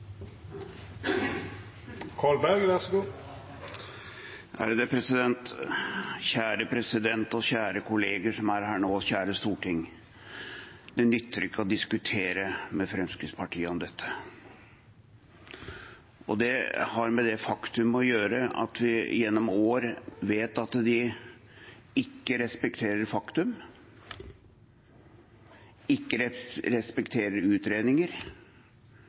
og kjære storting. Det nytter ikke å diskutere med Fremskrittspartiet om dette. Det har med det faktum å gjøre at vi gjennom år vet at de ikke respekterer fakta, ikke respekterer utredninger,